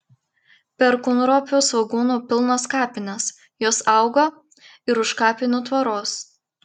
perkūnropių svogūnų pilnos kapinės jos auga ir už kapinių tvoros